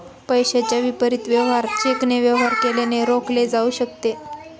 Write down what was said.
पैशाच्या विपरीत वेवहार चेकने वेवहार केल्याने रोखले जाऊ शकते